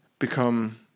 become